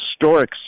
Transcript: historic